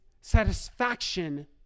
satisfaction